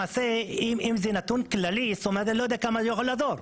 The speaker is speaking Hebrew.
אם זה נתון כללי אני לא יודע כמה זה יכול לעזור.